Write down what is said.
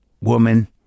woman